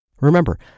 Remember